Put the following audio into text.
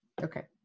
Okay